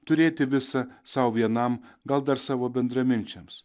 turėti visą sau vienam gal dar savo bendraminčiams